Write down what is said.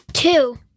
Two